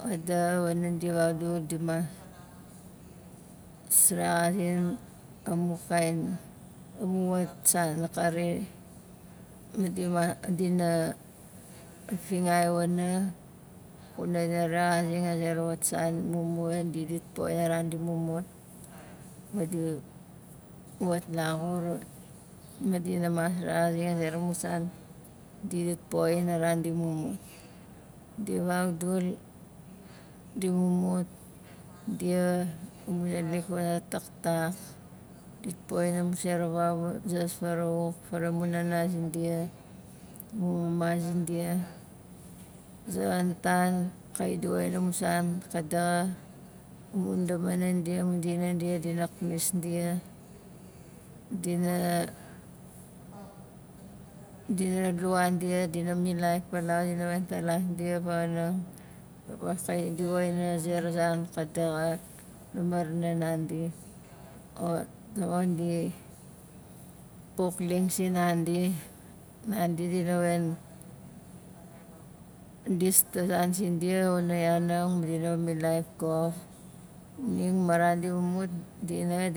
Xa daxa wana di vaudul dimas s- rexazing amu kain amu wat san akari ma dima dina fingai wana kuna dina rexazing a zera wat san mumua di dit poxin a ran di mumut madi wat laxur ma dina mas rexazing a zera mu san di dit poxin a ran di mumut di vaudul di mumut dia amu naalik wana taktak dit poxin a zera mu famuzas farauwak fara mu nana zindia mu mama zindia a zonon tan kait di woxin amu san ka daxa mun damana dia mun dina dia dina pnis dia dina dina luwa dia dina milaif palau dina wen talas dia vangaanang okai di woxin a zera zan ka daxa la marna nandi o tamon di pukling sinandi nandi dina wen dista zan sindia wana yanang ma dina milaif gof xuning ma ran di mumut dia nanga